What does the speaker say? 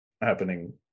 happening